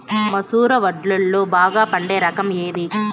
మసూర వడ్లులో బాగా పండే రకం ఏది?